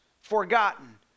forgotten